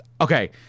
Okay